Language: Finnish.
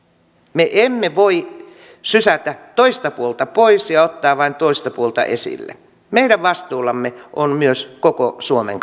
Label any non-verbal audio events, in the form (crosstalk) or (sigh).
me emme voi sysätä toista puolta pois ja ottaa vain toista puolta esille meidän vastuullamme on myös koko suomen (unintelligible)